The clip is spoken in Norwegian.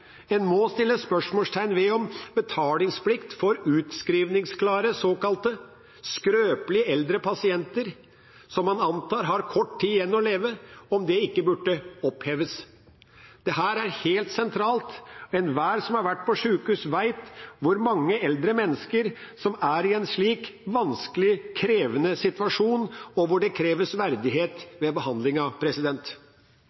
En må sette spørsmålstegn ved om betalingsplikt for utskrivningsklare såkalt skrøpelige eldre pasienter, som man antar har kort tid igjen å leve, burde oppheves. Dette er helt sentralt. Enhver som har vært på sjukehus, vet hvor mange eldre mennesker som er i en slik vanskelig, krevende situasjon, hvor det kreves